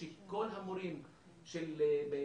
שכל המורים בצפון,